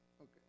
Okay